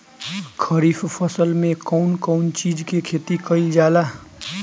खरीफ फसल मे कउन कउन चीज के खेती कईल जाला?